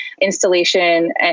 installation